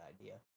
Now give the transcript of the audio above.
idea